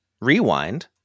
Rewind